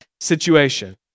situation